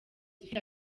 ifite